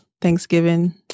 Thanksgiving